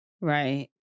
Right